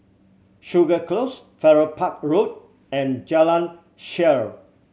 Segar Close Farrer Park Road and Jalan Shaer